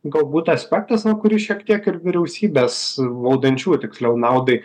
galbūt aspektas kuris šiek tiek ir vyriausybės valdančiųjų tiksliau naudai